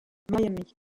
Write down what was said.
miami